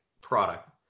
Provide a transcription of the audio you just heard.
product